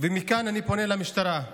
מכאן אני פונה למשטרה,